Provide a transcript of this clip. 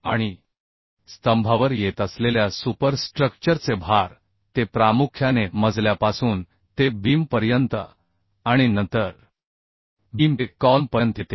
आणि स्तंभावर येत असलेल्या सुपर स्ट्रक्चरचे भार ते प्रामुख्याने मजल्यापासून ते बीमपर्यंत आणि नंतर बीम ते कॉलमपर्यंत येते